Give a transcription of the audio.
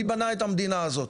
מי בנה את המדינה הזאת?